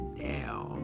now